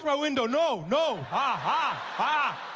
window! no, no, ah ah